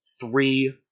three